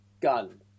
Gun